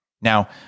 Now